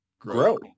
grow